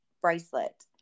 bracelet